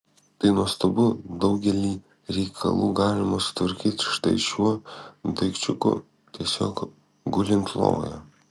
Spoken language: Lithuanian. tai nuostabu daugelį reikalų galima sutvarkyti štai šiuo daikčiuku tiesiog gulint lovoje